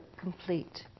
complete